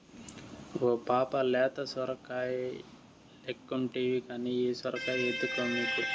ఓ పాపా లేత సొరకాయలెక్కుంటివి కానీ ఈ సొరకాయ ఎత్తుకో మీకు